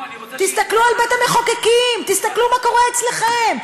תסתכלו על בית המחוקקים, תסתכלו מה קורה אצלכם.